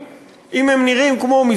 אם הם נראים כמו ערבים,